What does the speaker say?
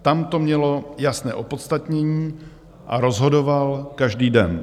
Tam to mělo jasné opodstatnění a rozhodoval každý den.